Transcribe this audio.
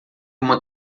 uma